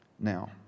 Now